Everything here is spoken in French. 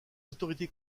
autorités